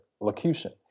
locution